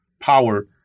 power